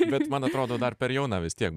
bet man atrodo dar per jauna vis tiek